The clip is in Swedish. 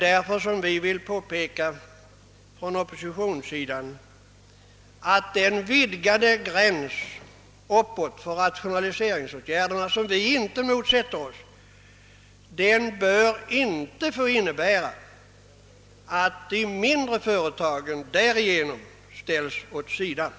Därför vill vi från oppositionens sida påpeka att en vidgad gräns uppåt för rationaliseringsåtgärder, som vi inte motsätter oss, inte bör innebära att de mindre företagen ställs åt sidan.